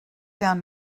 down